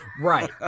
right